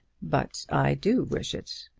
but i do wish it.